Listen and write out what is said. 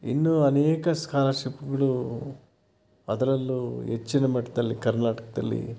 ಇನ್ನೂ ಅನೇಕ ಸ್ಕಾಲರ್ಶಿಪ್ಗಳು ಅದರಲ್ಲೂ ಹೆಚ್ಚಿನ ಮಟ್ಟದಲ್ಲಿ ಕರ್ನಾಟಕದಲ್ಲಿ